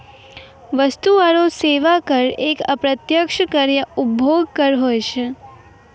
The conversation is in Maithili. वस्तु आरो सेवा कर एक अप्रत्यक्ष कर या उपभोग कर हुवै छै